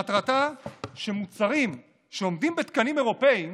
מטרתה היא שמוצרים שעומדים בתקנים אירופיים